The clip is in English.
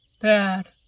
Bad